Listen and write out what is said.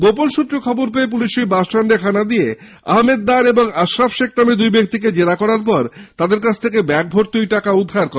গোপন সৃত্রে খবর পেয়ে পুলিশ ওই বাসস্ট্যান্ডে হানা দিয়ে আহমেদ দার ও আশরাফ শেখ নামে দুই ব্যক্তিকে জেরা করার পর তাদের কাছ থেকে ব্যাগভর্তি ওই টাকা উদ্ধার করে